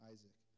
Isaac